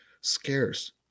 scarce